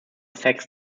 sex